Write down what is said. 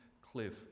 cliff